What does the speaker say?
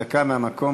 דקה מהמקום.